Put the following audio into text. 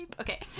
okay